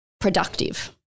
productive